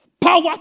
Power